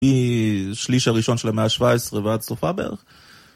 משליש הראשון של המאה ה-17 ועד סופה בערך.